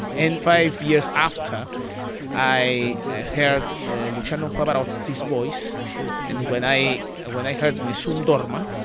and five years after i ah heard and luciano pavarotti's voice and when i when i heard nessun dorma,